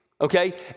okay